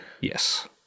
Yes